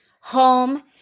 home